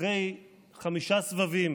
אחרי חמישה סבבים